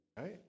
Right